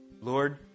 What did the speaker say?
Lord